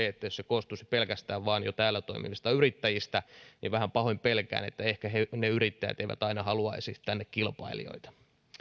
että se koostuisi pelkästään jo täällä toimineista yrittäjistä vähän pahoin pelkään että ehkä ne yrittäjät eivät aina haluaisi tänne kilpailijoita